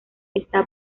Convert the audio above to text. está